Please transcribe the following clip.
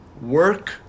Work